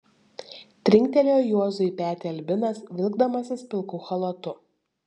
trinktelėjo juozui į petį albinas vilkdamasis pilku chalatu